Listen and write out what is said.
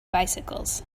bicycles